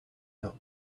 out